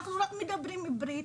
אנחנו רק מדברות עברית.